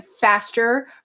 faster